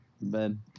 Ben